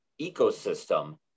ecosystem